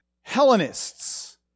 Hellenists